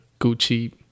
Gucci